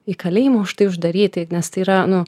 į kalėjimą už tai uždaryti nes tai yra nu